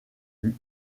vue